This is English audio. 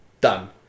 Done